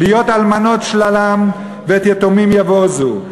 "להיות אלמנות שללם ואת יתומים יבזו".